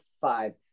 five